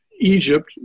egypt